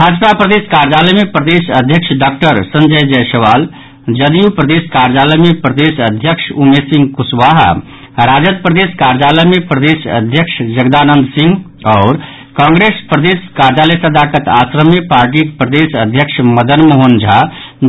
भाजपा प्रदेश कार्यालय मे प्रदेश अध्यक्ष डॉक्टर संजय जयसवाल जदयू प्रदेश कार्यालय मे प्रदेश अध्यक्ष उमेश सिंह कुशवाहा राजद प्रदेश कार्यालय मे प्रदेश अध्यक्ष जगदानंद सिंह आओर कांग्रेस प्रदेश कार्यालय सदाकत आश्रम मे पार्टीक प्रदेश अध्यक्ष मदन मोहन झा